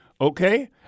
okay